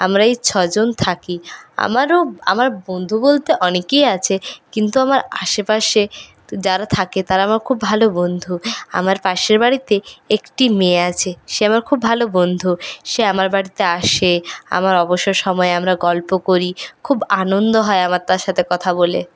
আমরা এই ছজন থাকি আমারও আমার বন্ধু বলতে অনেকই আছে কিন্তু আমার আশে পাশে যারা থাকে তারা আমার খুব ভালো বন্ধু আমার পাশের বাড়িতে একটি মেয়ে আছে সে আমার খুব ভালো বন্ধু সে আমার বাড়িতে আসে আমার অবসর সময়ে আমরা গল্প করি খুব আনন্দ হয় আমার তার সাথে কথা বলে